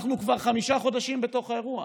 אנחנו כבר חמישה חודשים בתוך האירוע,